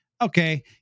okay